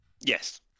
Yes